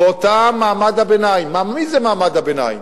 ואותו מעמד הביניים, מי זה מעמד הביניים?